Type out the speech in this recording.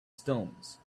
stones